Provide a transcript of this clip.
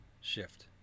shift